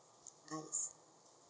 I see